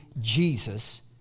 Jesus